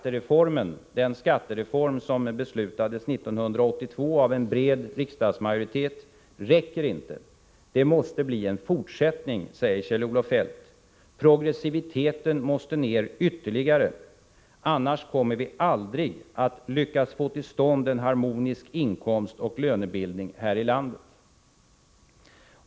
Den skattereform som beslutades 1982 av en bred riksdagsmajoritet räcker inte. Det måste bli en fortsättning,” säger Kjell-Olof Feldt, ”progressiviteten måste ner ytterligare, annars kommer vi aldrig att lyckas få till stånd en harmonisk inkomstoch lönebildning här i landet”.